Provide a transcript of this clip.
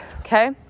okay